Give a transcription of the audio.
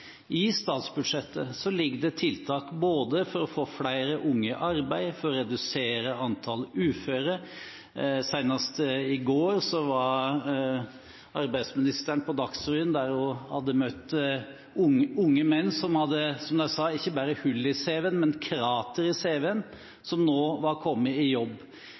I statsbudsjettet ligger det tiltak både for å få flere unge i arbeid og for å redusere antallet uføre. Senest i går var arbeidsministeren på Dagsrevyen: Hun hadde møtt unge menn – som hadde, som de sa, ikke bare hull i cv-en, men krater i cv-en – som nå var kommet i jobb.